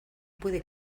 puede